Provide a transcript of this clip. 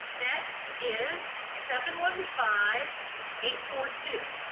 next is seven one five eight four two.